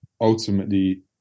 ultimately